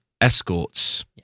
escorts